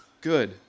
good